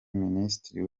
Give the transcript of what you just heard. minisitiri